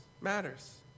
matters